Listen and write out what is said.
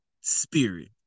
spirit